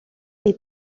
est